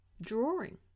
Drawing